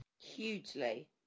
Hugely